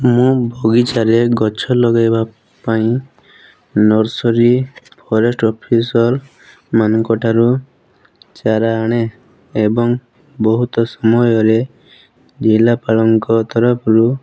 ମୁଁ ବଗିଚାରେ ଗଛ ଲଗାଇବା ପାଇଁ ନର୍ସରୀ ଫରେଷ୍ଟ ଅଫିସର ମାନଙ୍କ ଠାରୁ ଚାରା ଆଣେ ଏବଂ ବହୁତ ସମୟରେ ଜିଲ୍ଲାପାଳଙ୍କ ତରଫରୁ